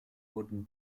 wurden